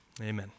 Amen